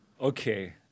Okay